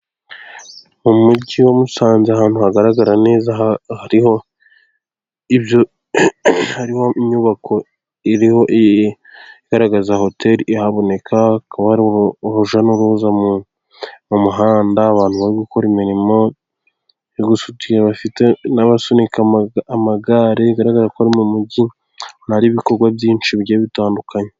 Mu mujyi wa Musanze ahantu hagaragara neza hariho inyubako iriho igaragaza hoteli ihaboneka, hakaba hari urujya n'uruza mu muhanda abantu bari gukora imirimo yo gusudira n'abasunika amagare. Bigaragara ko ari mu mujyi hari ibikorwa byinshi bigiye bitandukanye.